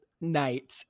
night